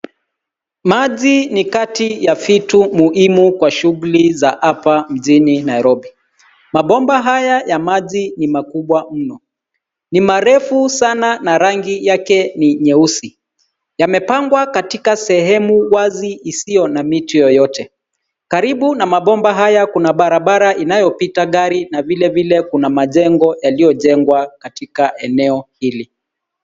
Maji ni kati ya vitu muhimu kwa shughuli za hapa mjini Nairobi. Mabomba haya ya maji ni makubwa mno. Ni marefu sana na rangi yake ni nyeusi. Yamepangwa katika sehemu wazi isiyo na miti yeyote. Karibu na mabomba haya kuna barabara inayopita gari na vilevile kuna majengo yaliyojengwa katika eneo hili.